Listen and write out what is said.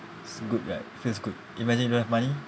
is good right feels good imagine you don't have money